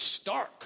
stark